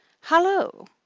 Hallo